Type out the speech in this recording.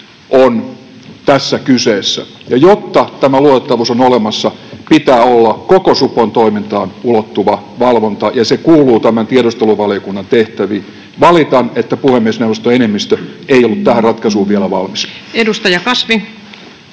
on tässä kyseessä, ja jotta tämä luotettavuus on olemassa, pitää olla koko supon toimintaan ulottuva valvonta, ja se kuuluu tämän tiedusteluvaliokunnan tehtäviin. Valitan, että puhemiesneuvoston enemmistö ei ollut tähän ratkaisuun vielä valmis. Arvoisa